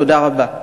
תודה רבה.